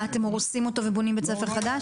מה אתם הורסים אותו ובונים בית ספר חדש?